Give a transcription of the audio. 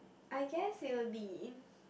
I guess it would be